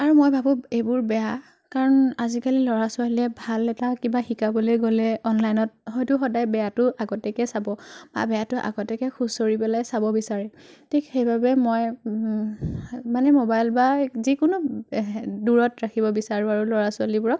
আৰু মই ভাবোঁ এইবোৰ বেয়া কাৰণ আজিকালি ল'ৰা ছোৱালীয়ে ভাল এটা কিবা শিকাবলে গ'লে অনলাইনত হয়তো সদায় বেয়াটো আগতীয়াকে চাব বা বেয়াটো আগতীয়াকে খুচৰিবলে চাব বিচাৰে ঠিক সেইবাবে মই মানে ম'বাইল বা যিকোনো দূৰত ৰাখিব বিচাৰো আৰু ল'ৰা ছোৱালীবোৰক